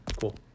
Cool